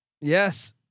Yes